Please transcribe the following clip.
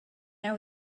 are